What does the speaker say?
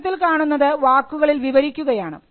ചിത്രത്തിൽ കാണുന്നത് വാക്കുകളിൽ വിവരിക്കുകയാണ്